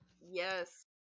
Yes